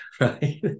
right